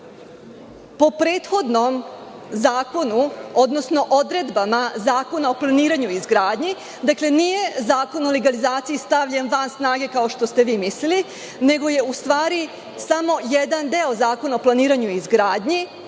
Po prethodnom zakonu, odnosno odredbama Zakona o planiranju i izgradnji, dakle, nije Zakon o legalizaciji stavljen van snage, kao što ste vi mislili, nego je, u stvari, samo jedan deo Zakona o planiranju i izgradnji